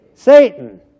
Satan